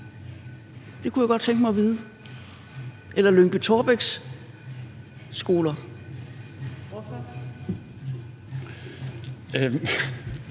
Det kunne jeg godt tænke mig at vide. Eller hvad med Lyngby-Taarbæks skoler?